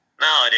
No